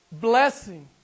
blessing